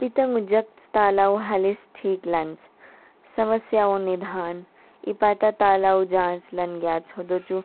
पीतंगु जक्च तालाउ हालीस ठीक लान्च। समस्याउ निदान, इपा ता तालाउ जांच लानगयाच होदोचु